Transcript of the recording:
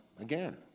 again